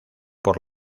por